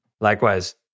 Likewise